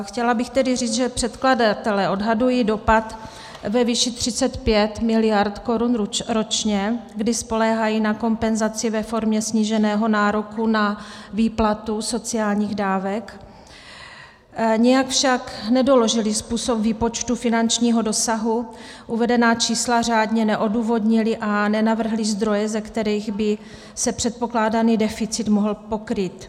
Chtěla bych tedy říct, že předkladatelé odhadují dopad ve výši 35 mld. korun ročně, kdy spoléhají na kompenzaci ve formě sníženého nároku na výplatu sociálních dávek, nějak však nedoložili způsob výpočtu finančního dosahu, uvedená čísla řádně neodůvodnili a nenavrhli zdroje, ze kterých by se předpokládaný deficit mohl pokrýt.